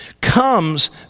comes